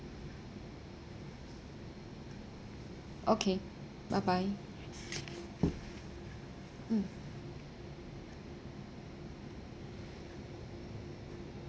okay bye bye hmm